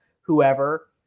whoever